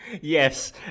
Yes